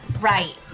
Right